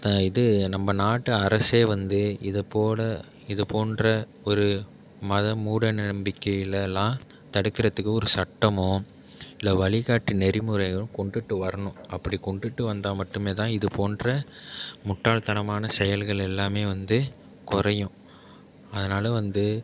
இது நம்ம நாட்டு அரசே வந்து இதைப்போல இது போன்ற ஒரு மத மூட நம்பிக்கைகளெல்லாம் தடுக்குறதுக்கு ஒரு சட்டமோ இல்லை வழிகாட்டி நெறிமுறைகளும் கொண்டுட்டு வரணும் அப்படி கொண்டுட்டு வந்தால் மட்டுமே தான் இது போன்ற முட்டாள் தனமான செயல்கள் எல்லாமே வந்து குறையும் அதனால் வந்து